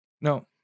No